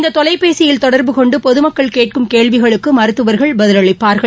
இந்த தொலைபேசியில் தொடர்பு கொண்டு பொதுமக்கள் கேட்கும் கேள்விகளுக்கு மருத்துவர்கள் பதிலளிப்பார்கள்